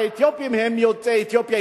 האתיופים הם יוצאי אתיופיה,